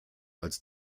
als